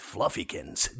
Fluffykins